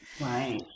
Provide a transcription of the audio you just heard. Right